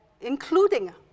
including